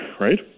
Right